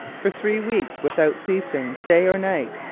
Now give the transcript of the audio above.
for three weeks, without ceasing day or night,